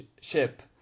ship